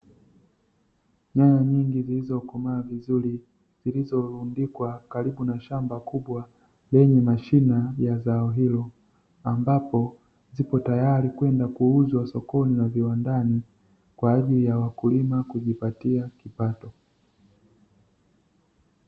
Nyanya nyingi zilizokomaa vizuri, zilizorundikwa karibu na shamba kubwa, lenye mashina ya zao hilo, ambapo zipo tayari kwenda kuuzwa sokoni na viwandani, kwa ajili ya wakulima kujipatia kipato.